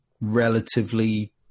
relatively